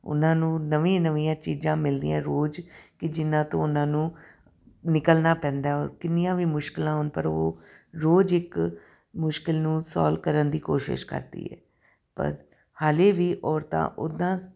ਉਹਨਾ ਨੂੰ ਨਵੀਂਆਂ ਨਵੀਆਂ ਚੀਜ਼ਾਂ ਮਿਲਦੀਆਂ ਰੋਜ਼ ਕਿ ਜਿਨ੍ਹਾਂ ਤੋਂ ਉਹਨਾਂ ਨੂੰ ਨਿਕਲਣਾ ਪੈਂਦਾ ਔਰ ਕਿੰਨੀਆਂ ਵੀ ਮੁਸ਼ਕਿਲਾਂ ਆਉਣ ਪਰ ਉਹ ਰੋਜ਼ ਇੱਕ ਮੁਸ਼ਕਿਲ ਨੂੰ ਸੋਲਵ ਕਰਨ ਦੀ ਕੋਸ਼ਿਸ਼ ਕਰਦੀ ਹੈ ਪਰ ਹਾਲੇ ਵੀ ਔਰਤਾਂ ਉੱਦਾਂ